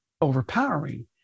overpowering